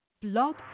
Blog